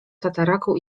tataraku